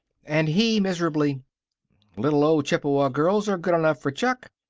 and he, miserably little old chippewa girls are good enough for chuck.